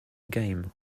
game